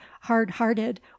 hard-hearted